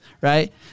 Right